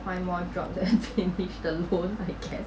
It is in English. find more job then finished the loan I guess